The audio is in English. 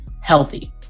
healthy